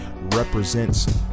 represents